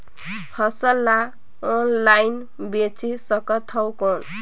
फसल ला ऑनलाइन बेचे सकथव कौन?